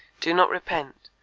do not repent,